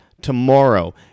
tomorrow